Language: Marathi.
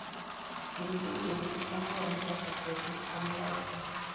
एन.डी.बी.बी जनावरांच्या तब्येतीक चांगला असता